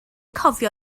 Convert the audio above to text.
cofio